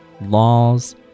laws